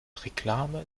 reklame